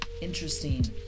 interesting